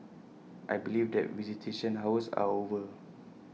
I believe that visitation hours are over